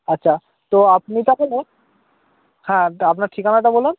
আচ্ছা তো আপনি তাহলে হ্যাঁ আপনার ঠিকানাটা বলুন